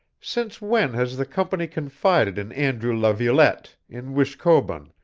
since when has the company confided in andrew laviolette, in wishkobun,